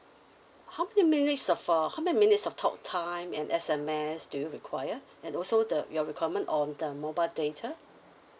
how many minutes of uh how many minutes of talk time and S_M_S do you require and also the your requirement on the mobile data